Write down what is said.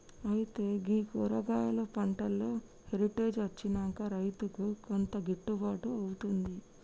అయితే గీ కూరగాయలు పంటలో హెరిటేజ్ అచ్చినంక రైతుకు కొంత గిట్టుబాటు అవుతుంది